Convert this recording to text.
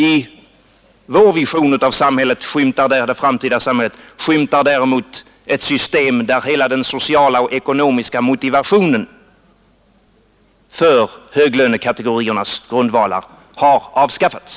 I vår vision av det framtida samhället skymtar däremot ett system där hela den sociala och ekonomiska motivationen för högelönekategorierna har avskaffats.